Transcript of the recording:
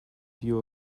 view